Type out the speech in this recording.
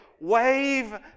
Wave